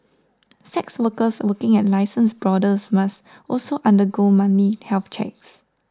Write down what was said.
sex workers working at licensed brothels must also undergo monthly health checks